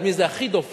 את מי זה הכי דופק,